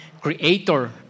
creator